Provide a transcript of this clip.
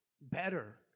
better